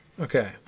Okay